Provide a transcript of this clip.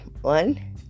One